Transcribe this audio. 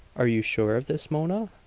are you sure of this, mona?